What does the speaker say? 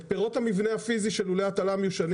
את פירות המבנה הפיסי של לולי הטלה מיושנים